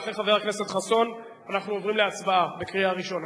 ואחרי חבר הכנסת חסון אנחנו עוברים להצבעה בקריאה ראשונה.